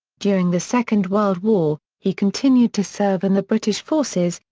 during the second world war, he continued to serve in the british forces,